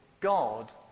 God